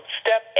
step